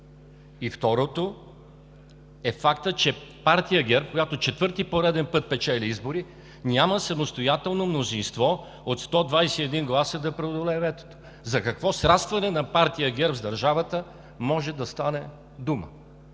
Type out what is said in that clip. Второто е фактът, че партия ГЕРБ, която четвърти пореден път печели избори, няма самостоятелно мнозинство от 121 гласа, за да преодолее ветото. За какво срастване на партия ГЕРБ с държавата може да стане дума?